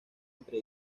entre